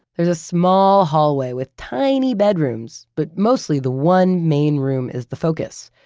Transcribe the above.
there's a small hallway with tiny bedrooms, but mostly the one main room is the focus.